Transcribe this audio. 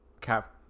cap